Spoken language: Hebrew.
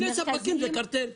שני ספקים זה קרטל.